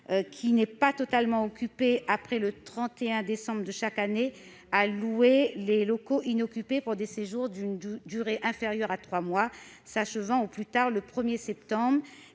qui n'est pas totalement occupée après le 31 décembre de chaque année, à louer les locaux inoccupés pour des séjours d'une durée inférieure à trois mois s'achevant au plus tard le 1 septembre,